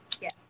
Yes